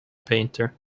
painter